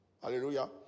Hallelujah